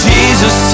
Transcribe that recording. Jesus